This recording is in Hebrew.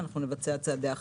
נבצע צעדי אכיפה.